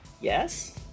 Yes